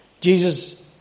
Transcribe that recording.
Jesus